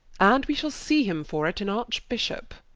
and we shall see him for it, an arch-byshop